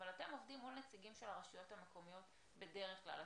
אבל אתם עובדים מול נציגים של הרשויות המקומיות בדרך כלל,